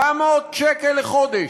700 שקל לחודש.